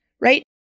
right